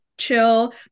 chill